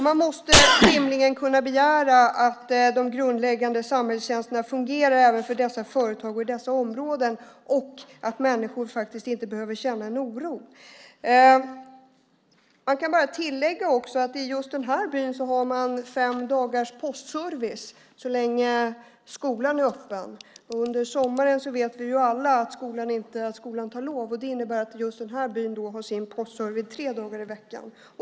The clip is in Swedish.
Man måste rimligen kunna begära att de grundläggande samhällstjänsterna fungerar även för dessa företag och i dessa områden och att människor faktiskt inte behöver känna en oro. Jag kan bara tillägga att just i den här byn har man fem dagars postservice - så länge skolan är öppen. Under sommaren vet vi alla att skolan tar lov, och det innebär att just den här byn då i stället har postservice tre dagar i veckan.